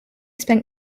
spent